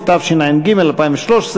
התשע"ג 2013,